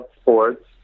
sports